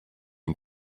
den